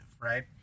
right